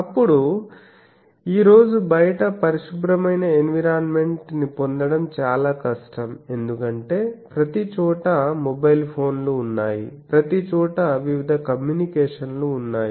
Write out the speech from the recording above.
అప్పుడు ఈ రోజు బయట పరిశుభ్రమైన ఎన్విరాన్మెంట్ ని పొందడం చాలా కష్టం ఎందుకంటే ప్రతిచోటా మొబైల్ ఫోన్లు ఉన్నాయి ప్రతిచోటా వివిధ కమ్యూనికేషన్లు ఉన్నాయి